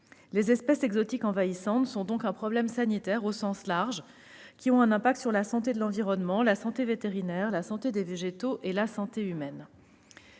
Les espèces exotiques envahissantes sont donc un problème sanitaire au sens large, avec un impact sur la santé de l'environnement, la santé vétérinaire, la santé des végétaux et la santé humaine.